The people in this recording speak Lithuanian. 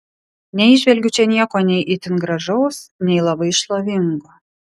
neįžvelgiu čia nieko nei itin gražaus nei labai šlovingo